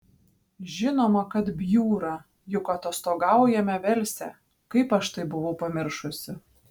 žinoma kad bjūra juk atostogaujame velse kaip aš tai buvau pamiršusi